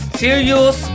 serious